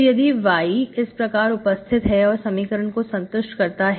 तो यदि y इस प्रकार उपस्थित है और समीकरण को संतुष्ट करता है